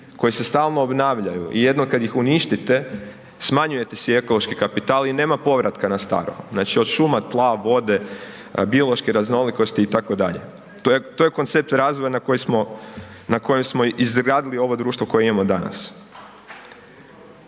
koji se stalno obnavljaju i jednom kad ih uništite, smanjujete si ekološki kapital i nema povratka na staro, znači od šuma, tla, vode, biološke raznolikosti itd. To je koncept razvoja na kojem smo izgradili ovo društvo koje imamo danas.